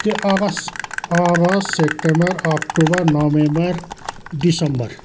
त्यो अगस् August September October November December